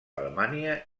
alemanya